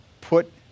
put